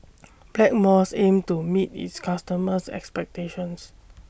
Blackmores aims to meet its customers' expectations